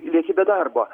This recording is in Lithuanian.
lieki be darbo